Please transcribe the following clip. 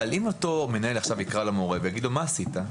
אבל אם אותו מנהל יקרא למורה ויגיד לו מה עשית,